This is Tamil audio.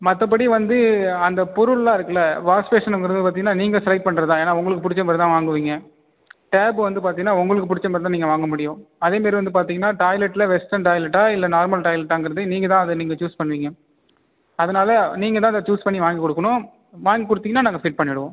மற்றப்படி வந்து அந்த பொருள்லாம் இருக்குல்ல வாஷ் பேஷனுங்கிறது பாத்திங்கனா நீங்கள் செலக்ட் பண்ணுறது தான் ஏன்னா உங்களுக்கு பிடிச்ச மாதிரி தான் வாங்குவீங்க டேப்பு வந்து பார்த்திங்கனா உங்களுக்கு பிடிச்ச மாதிரி தான் நீங்கள் வாங்க முடியும் அதே மாரி வந்து பார்த்திங்கனா டாய்லெட்டில் வெஸ்ட்டன் டாய்லெட்டா இல்லை நார்மல் டாய்லெட்டாங்கிறதையும் நீங்கள் தான் அதை நீங்கள் சூஸ் பண்ணுவீங்க அதனால் நீங்கள் தான் அதை சூஸ் பண்ணி வாங்கி கொடுக்கணும் வாங்கி கொடுத்திங்கனா நாங்கள் ஃபிட் பண்ணிவிடுவோம்